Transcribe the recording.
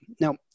Now